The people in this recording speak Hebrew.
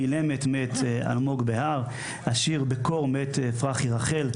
אילמת" מאת אלמוג בהר; השיר "בקור" מאת פרחי רחל.